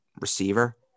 receiver